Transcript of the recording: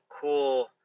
cool